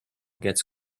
gets